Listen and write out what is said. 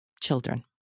children